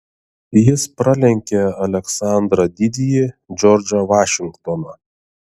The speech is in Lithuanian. jis pralenkė aleksandrą didįjį džordžą vašingtoną